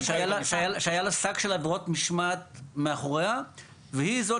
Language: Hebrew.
שק של עבירות משמעת מאחוריה והיא זאת